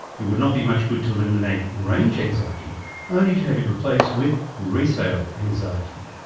it would not be much good to eliminate range anxiety only to have it replaced with resale anxiety.